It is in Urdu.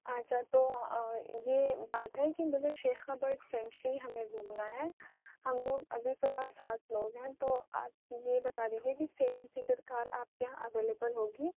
اچھا تو یہ بات ہے کہ مجھے شیخا برڈ سینچری ہمیں گھومنا ہے ہم لوگ ابھی فی الحال سات لوگ ہیں تو آپ یہ بتا دیجیے کہ سیون سیٹر کار آپ کے یہاں اویلیبل ہوگی